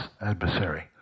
adversary